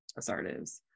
assertives